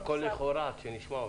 הכל לכאורה, עד שנשמע אותם.